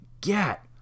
Get